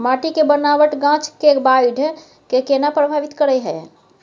माटी के बनावट गाछ के बाइढ़ के केना प्रभावित करय हय?